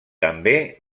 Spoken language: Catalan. també